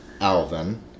Alvin